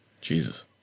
Jesus